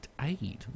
aid